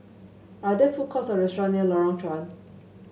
are there food courts or restaurant near Lorong Chuan